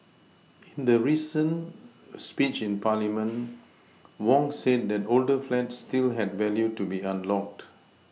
in the recent speech in parliament Wong said that older flats still had value to be unlocked